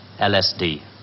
LSD